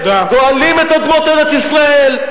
גואלים את אדמות ארץ-ישראל,